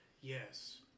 yes